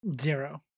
Zero